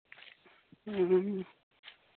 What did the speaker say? ᱦᱮᱸ